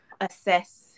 assess